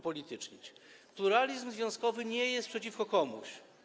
Pluralizm związkowy nie jest przeciwko komuś.